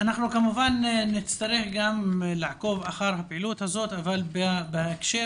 כמובן נצטרך לעקוב אחר הפעילות הזאת אבל בהקשר